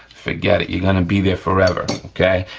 forget it, gonna be there forever, okay?